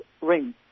ring